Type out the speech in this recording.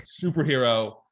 superhero